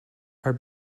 are